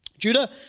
Judah